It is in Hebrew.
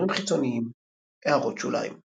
קישורים חיצוניים == הערות שוליים ==